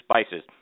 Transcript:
spices